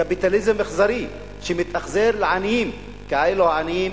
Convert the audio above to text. קפיטליזם אכזרי, שמתאכזר לעניים, כאילו העניים